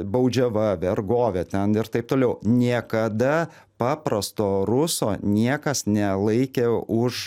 baudžiava vergovė ten ir taip toliau niekada paprasto ruso niekas nelaikė už